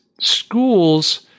schools